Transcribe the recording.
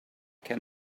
can